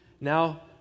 Now